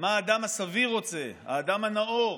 אלא מה האדם הסביר רוצה, האדם הנאור,